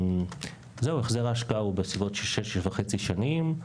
זהו, החזר ההשקעה הוא בסביבות שש וחצי שנים,